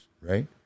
right